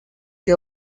que